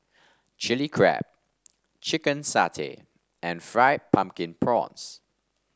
Chili Crab Chicken Satay and Fried Pumpkin Prawns